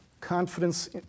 confidence